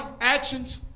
actions